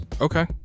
Okay